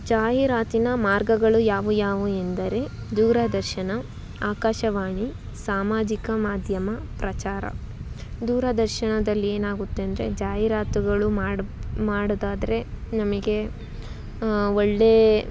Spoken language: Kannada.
ಜಾಹೀರಾತಿನ ಮಾರ್ಗಗಳು ಯಾವುವು ಯಾವುವು ಎಂದರೆ ದೂರದರ್ಶನ ಆಕಾಶವಾಣಿ ಸಾಮಾಜಿಕ ಮಾಧ್ಯಮ ಪ್ರಚಾರ ದೂರದರ್ಶನದಲ್ಲಿ ಏನಾಗುತ್ತೆ ಅಂದರೆ ಜಾಹೀರಾತುಗಳು ಮಾಡ್ ಮಾಡುವುದಾದ್ರೆ ನಮಗೆ ಒಳ್ಳೆಯ